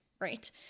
right